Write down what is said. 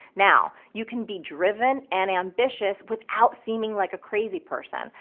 now, you can be driven and ambitious without seeming like a crazy person.